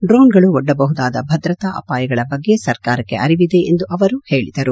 ಡ್ರೋಣ್ಗಳು ಒಡ್ಡಬಹುದಾದ ಭದ್ರತಾ ಅಪಾಯಗಳ ಬಗ್ಗೆ ಸರ್ಕಾರಕ್ಕೆ ಅರಿವಿದೆ ಎಂದು ಅವರು ಹೇಳಿದರು